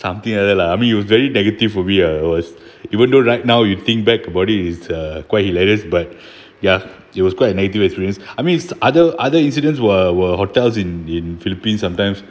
something like that lah I mean it was very negative for me ah I was even though right now you think back about it it's uh quite hilarious but ya it was quite a negative experience I mean other other incidents were were hotels in in philippines sometimes